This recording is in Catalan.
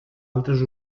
altres